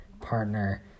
partner